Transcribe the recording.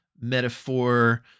metaphor